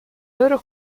loro